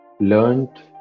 learned